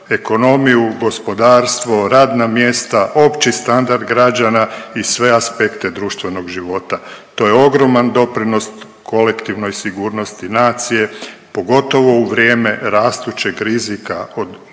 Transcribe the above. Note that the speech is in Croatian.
ekonomiju, gospodarstvo, radna mjesta, opći standard građana i sve aspekte društvenog života. To je ogroman doprinos kolektivnoj sigurnosti nacije, pogotovo u vrijeme rastućeg rizika od